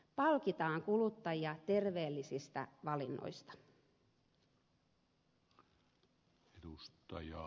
palkitaan kuluttajia terveellisistä valinnoista